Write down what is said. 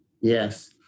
Yes